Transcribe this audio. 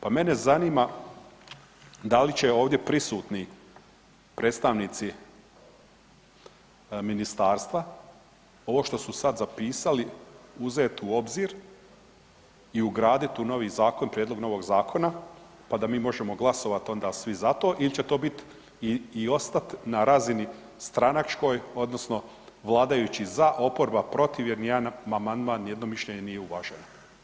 Pa mene zanima da li će ovdje prisutni predstavnici ministarstva ovo što su sad zapisali uzet u obzir i ugradit u novi zakon, prijedlog novog zakona, pa da mi možemo glasovat onda svi za to il će to bit i ostat na razini stranačkoj odnosno vladajući za, oporba protiv jer nijedan amandman i nijedno mišljenje nije uvaženo?